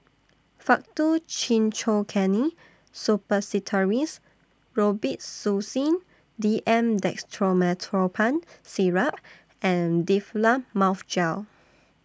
Faktu Cinchocaine Suppositories Robitussin D M Dextromethorphan Syrup and Difflam Mouth Gel